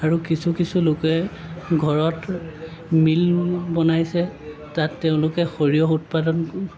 আৰু কিছু কিছু লোকে ঘৰত মিল বনাইছে তাত তেওঁলোকে সৰিয়হ উৎপাদন